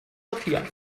sortieren